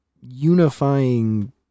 unifying